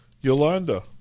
Yolanda